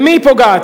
במי היא פוגעת?